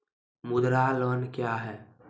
मुद्रा लोन क्या हैं?